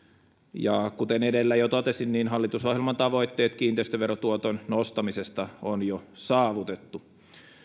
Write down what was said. ja kuten edellä jo totesin hallitusohjelman tavoitteet kiinteistöverotuoton nostamisesta on jo saavutettu